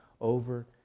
over